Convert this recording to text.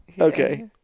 Okay